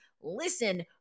listen